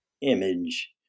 image